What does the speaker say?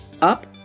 up